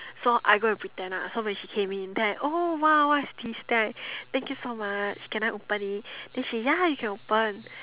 so I go and pretend ah so when she came in then I oh !wow! what is this then I thank you so much can I open it then she ya you can open